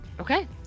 Okay